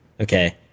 Okay